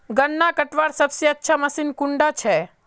गन्ना कटवार सबसे अच्छा मशीन कुन डा छे?